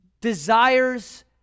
desires